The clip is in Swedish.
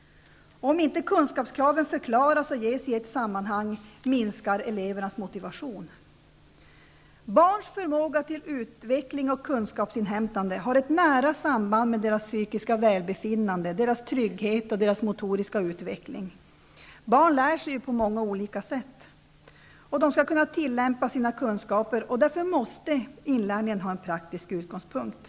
Om kunskapskraven inte förklaras och framställs i ett sammanhang minskar elevernas motivation. Barns förmåga till utveckling och kunskapsinhämtande har ett nära samband med deras psykiska välbefinnande, deras trygghet och deras motoriska utveckling. Barn lär sig ju på många olika sätt. Vidare skall barnen kunna tillämpa sina kunskaper. Därför måste inlärningen ha en praktisk utgångspunkt.